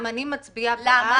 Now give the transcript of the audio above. אם אני מצביעה בעד,